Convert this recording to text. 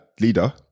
leader